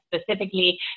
specifically